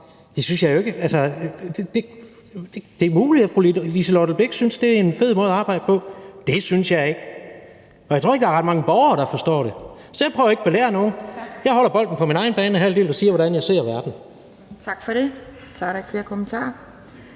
tackling bagfra. Det er muligt, at fru Liselott Blixt synes, det er en fed måde at arbejde på, men det synes jeg ikke. Og jeg tror ikke, der er ret mange borgere, der forstår det. Så jeg prøver ikke at belære nogen – jeg holder bolden på min egen banehalvdel og siger, hvordan jeg ser verden. Kl. 17:52 Anden næstformand